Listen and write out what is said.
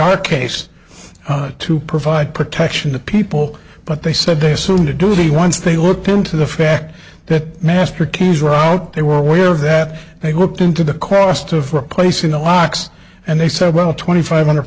our case to provide protection to people but they said they assumed to do the once they looked into the fact that master keys were out they were aware that they looked into the cost of replacing the locks and they said well twenty five hundred